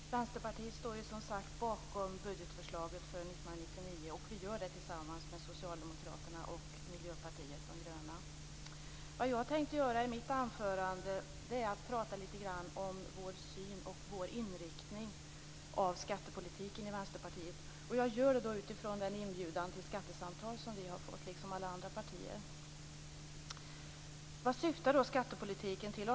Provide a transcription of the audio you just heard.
Fru talman! Vänsterpartiet står, som tidigare sagts, bakom budgetförslaget för 1999 tillsammans med Socialdemokraterna och Miljöpartiet de gröna. Jag tänker i mitt anförande prata lite grann om vår syn och vår inriktning på skattepolitiken i Vänsterpartiet. Jag gör det utifrån den inbjudan till skattesamtal som vi liksom alla andra partier har fått. Vad syftar då skattepolitiken till?